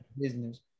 business